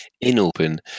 in-open